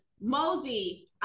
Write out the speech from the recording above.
Mosey